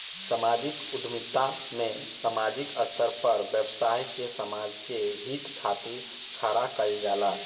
सामाजिक उद्यमिता में सामाजिक स्तर पर व्यवसाय के समाज के हित खातिर खड़ा कईल जाला